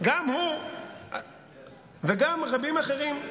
גם הוא וגם רבים אחרים,